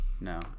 No